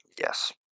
Yes